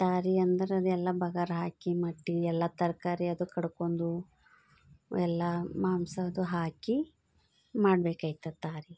ತಾರಿ ಅಂದ್ರೆ ಅದೆಲ್ಲ ಬಗಾರ್ ಹಾಕಿ ಮಟ್ಟಿ ಎಲ್ಲ ತರಕಾರಿ ಅದು ಕಡ್ಕೊಂಡು ಎಲ್ಲ ಮಾಂಸ ಅದು ಹಾಕಿ ಮಾಡ್ಬೇಕಾಯ್ತದ ತಾರಿ